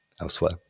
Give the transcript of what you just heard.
elsewhere